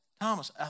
Thomas